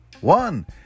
One